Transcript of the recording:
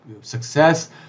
success